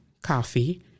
coffee